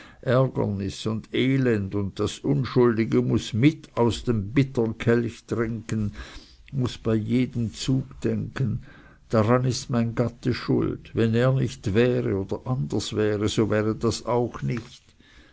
und elend und das unschuldige muß mit aus dem bittern kelch trinken muß bei jedem zuge denken daran ist mein gatte schuld wenn er nicht wäre oder anders wäre so wäre das auch nicht